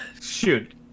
shoot